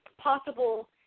possible